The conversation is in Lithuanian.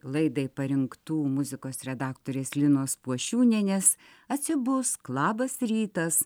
laidai parinktų muzikos redaktorės linos puošiūnienės atsibusk labas rytas